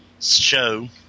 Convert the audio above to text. show